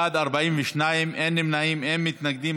בעד, 42, אין נמנעים, אין מתנגדים.